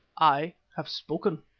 i have spoken.